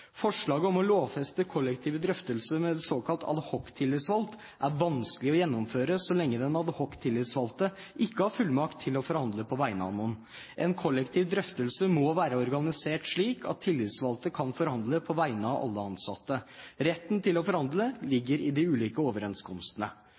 Forslaget om å lovfeste kollektive drøftelser med en såkalt adhoctillitsvalgt er vanskelig å gjennomføre så lenge den adhoctillitsvalgte ikke har fullmakt til å forhandle på vegne av noen. En kollektiv drøftelse må være organisert slik at tillitsvalgte kan forhandle på vegne av alle ansatte. Retten til å forhandle